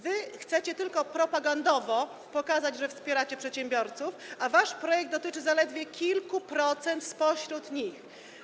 Wy chcecie tylko propagandowo pokazać, że wspieracie przedsiębiorców, a wasz projekt dotyczy zaledwie kilku procent z nich.